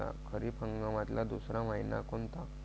खरीप हंगामातला दुसरा मइना कोनता?